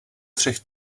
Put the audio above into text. třech